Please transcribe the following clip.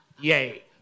Yay